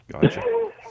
Gotcha